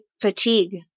fatigue